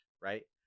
right